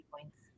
points